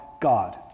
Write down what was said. God